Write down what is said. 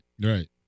Right